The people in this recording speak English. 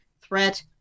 threat